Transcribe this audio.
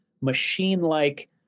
machine-like